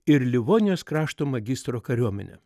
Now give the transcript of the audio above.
ir livonijos krašto magistro kariuomenę